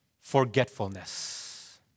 forgetfulness